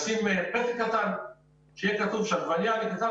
לשים פתק קטן בו יהיה כתוב שהעגבנייה נקנתה